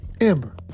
Amber